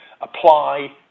apply